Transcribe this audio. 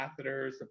catheters